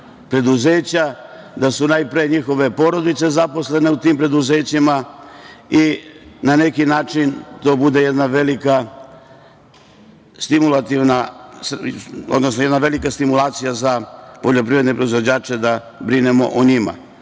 preduzeća, da su, najpre, porodice zaposlena u tim preduzećima i na neki način da to bude jedna velika stimulacija za poljoprivredne proizvođače da brinemo o njima. Znamo